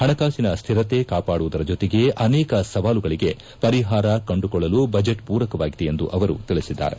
ಪಣಕಾಸಿನ ಸ್ಥಿರತೆ ಕಾವಾಡುವುದರ ಜೊತೆಗೆ ಅನೇಕ ಸವಾಲುಗಳಿಗೆ ಪರಿಪಾರ ಕಂಡುಕೊಳ್ಳಲು ಬಜೆಟ್ ಮೂರಕವಾಗಿದೆ ಎಂದು ಅವರು ತಿಳಿಸಿದ್ದಾರೆ